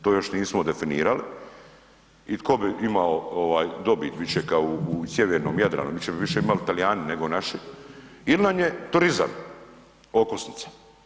To još nismo definirali i tko bi imao dobit više kao u sjevernom Jadranu, bit će više bi imali Talijani nego naši il nam je turizam okosnica.